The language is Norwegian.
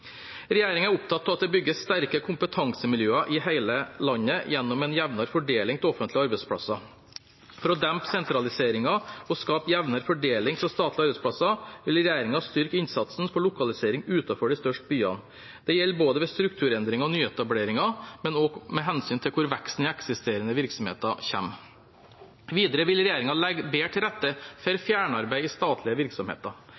er opptatt av at det bygges sterke kompetansemiljøer i hele landet gjennom en jevnere fordeling av offentlige arbeidsplasser. For å dempe sentraliseringen og skape en jevnere fordeling av statlige arbeidsplasser vil regjeringen styrke innsatsen på lokalisering utenfor de største byene. Det gjelder både ved strukturendring og nyetableringer og med hensyn til hvor veksten i eksisterende virksomheter kommer. Videre vil regjeringen legge bedre til rette for